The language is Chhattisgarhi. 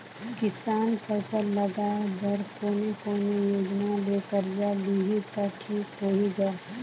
किसान फसल लगाय बर कोने कोने योजना ले कर्जा लिही त ठीक होही ग?